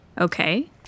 okay